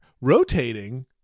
rotating